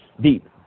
deep